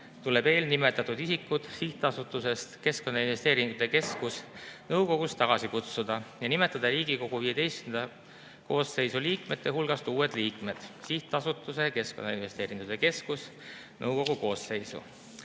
tuleb eelnimetatud isikud Sihtasutuse Keskkonnainvesteeringute Keskus nõukogust tagasi kutsuda ja nimetada Riigikogu XV koosseisu liikmete hulgast uued liikmed Sihtasutuse Keskkonnainvesteeringute Keskus nõukogu koosseisu.